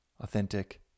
authentic